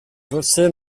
você